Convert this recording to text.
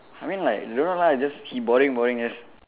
I mean like don't know lah just he boring boring just